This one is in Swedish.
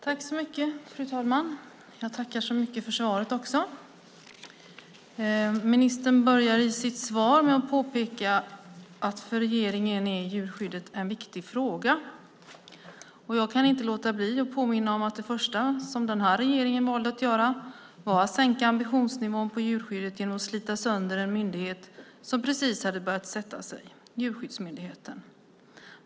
Fru talman! Först vill jag tacka ministern så mycket för svaret. Ministern börjar sitt svar med att påpeka att för regeringen är djurskyddet en viktig fråga. Jag kan då inte låta bli att påminna om att det första som den här regeringen valde att göra var att sänka ambitionsnivån för djurskyddet genom att slita sönder en myndighet som precis hade börjat sätta sig - Djurskyddsmyndigheten.